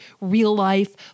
real-life